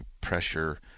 pressure